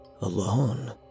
alone